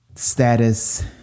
Status